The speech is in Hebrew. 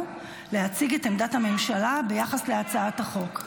להציג את עמדת הממשלה ביחס להצעת החוק,